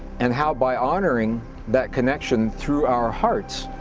and how by honoring that connection through our hearts,